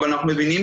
אבל אנחנו מבינים,